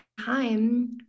time